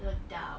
was dumb